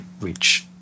reach